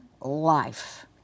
life